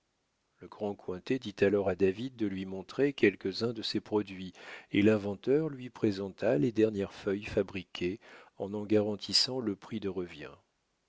le grand cointet dit alors à david de lui montrer quelques-uns de ses produits et l'inventeur lui présenta les dernières feuilles fabriquées en en garantissant le prix de revient